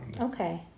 Okay